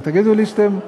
תגידו לי שאתם,